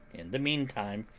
in the meantime,